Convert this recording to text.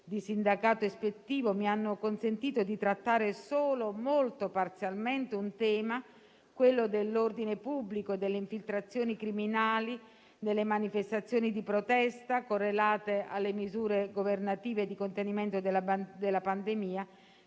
di sindacato ispettivo, mi hanno consentito di trattare solo molto parzialmente un tema - quello dell'ordine pubblico e delle infiltrazioni criminali nelle manifestazioni di protesta correlate alle misure governative di contenimento della pandemia